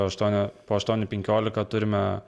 aštuonio po aštuonių penkiolika turime